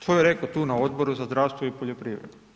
To je rekao tu na Odboru za zdravstvo i poljoprivredu.